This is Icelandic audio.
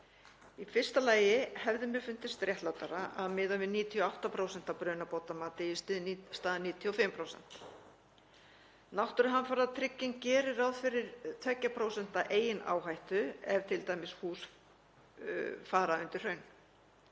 Í fyrsta lagi hefði mér fundist réttlátara að miða við 98% af brunabótamati í stað 95%. Náttúruhamfaratrygging gerir ráð fyrir 2% eigin áhættu ef t.d. hús fer undir hraun.